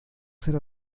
ser